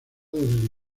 del